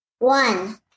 One